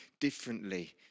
differently